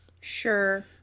Sure